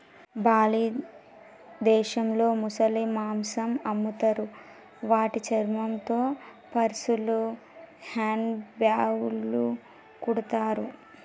Bali దేశంలో ముసలి మాంసం అమ్ముతారు వాటి చర్మంతో పర్సులు, హ్యాండ్ బ్యాగ్లు కుడతారు